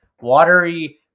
watery